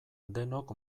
denok